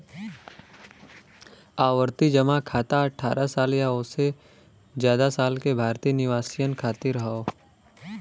आवर्ती जमा खाता अठ्ठारह साल या ओसे जादा साल के भारतीय निवासियन खातिर हौ